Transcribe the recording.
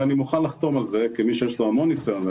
ואני מוכן לחתום על זה כמי שיש לו המון ניסיון,